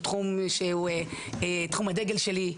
הוא תחום שהוא תחום הדגל שלי,